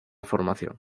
formación